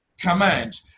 Command